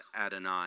Adonai